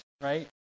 right